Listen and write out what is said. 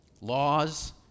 Laws